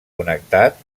connectat